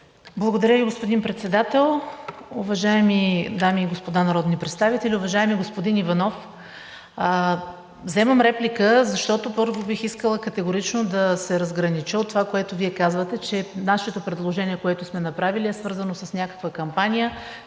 Благодаря Ви, господин Председател. Уважаеми дами и господа народни представители! Уважаеми господин Иванов, вземам реплика, защото първо бих искала категорично да се разгранича от това, което Вие казвате, че нашето предложение, което сме направили, е свързано с някаква кампания,